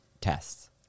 tests